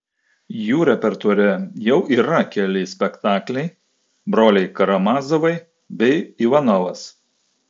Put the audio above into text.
jų repertuare jau yra keli spektakliai broliai karamazovai bei ivanovas